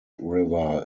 river